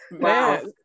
wow